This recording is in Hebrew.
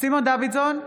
סימון דוידסון,